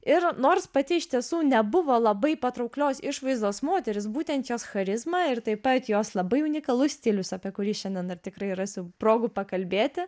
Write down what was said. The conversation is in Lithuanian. ir nors pati iš tiesų nebuvo labai patrauklios išvaizdos moteris būtent jos charizma ir taip pat jos labai unikalus stilius apie kurį šiandien dar tikrai rasiu progų pakalbėti